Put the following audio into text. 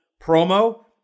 promo